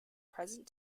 present